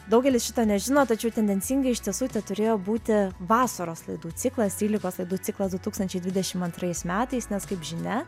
daugelis šito nežino tačiau tendencingai iš tiesų teturėjo būti vasaros laidų ciklas dvylikos laidų ciklas du tūkstančiai dvidešim antrais metais nes kaip žinia